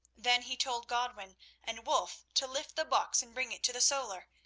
then he told godwin and wulf to lift the box and bring it to the solar,